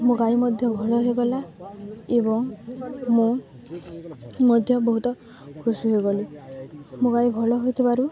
ମୋ ଗାଈ ମଧ୍ୟ ଭଲ ହେଇଗଲା ଏବଂ ମୁଁ ମଧ୍ୟ ବହୁତ ଖୁସି ହେଇଗଲି ମୋ ଗାଈ ଭଲ ହୋଇଥିବାରୁ